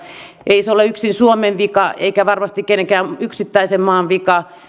ei se ole yksin suomen vika eikä varmasti kenenkään yksittäisen maan vika